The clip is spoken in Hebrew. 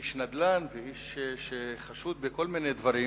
איש נדל"ן ואיש שחשוד בכל מיני דברים,